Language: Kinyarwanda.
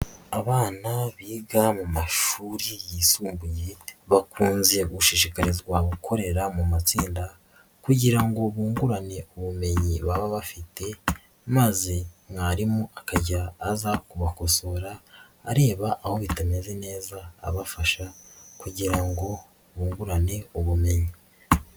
Abana biga mu mashuri yisumbuye bakunze gushishikarizwa gukorera mu matsinda kugira ngo bungurane ubumenyi baba bafite maze mwarimu akajya aza kubakosora areba aho bitameze neza abafasha kugira ngo bungurane ubumenyi.